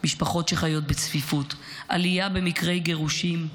משפחות שחיות בצפיפות, עלייה במקרי גירושים,